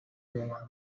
ruramba